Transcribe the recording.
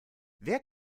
wer